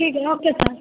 ठीक है okay sir